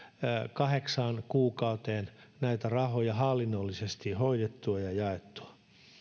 kahdeksaan kuukauteen näitä rahoja hallinnollisesti hoidettua ja jaettua